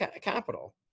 capital